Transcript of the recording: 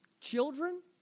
children